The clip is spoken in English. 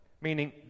meaning